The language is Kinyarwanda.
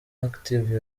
active